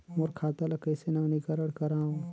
मोर खाता ल कइसे नवीनीकरण कराओ?